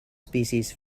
species